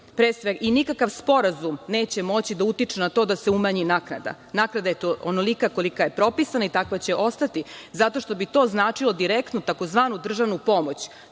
i nikakav sporazum neće moći da utiče na to da se umanji naknada. Naknada je onolika kolika je propisana i takva će ostati, zato što bi to značilo direktno tzv. državnu pomoć.